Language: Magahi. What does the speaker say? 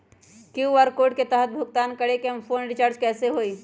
कियु.आर कोड के तहद भुगतान करके हम फोन रिचार्ज कैसे होई?